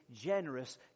generous